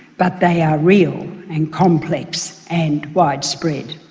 but they are real and complex and widespread.